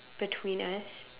between us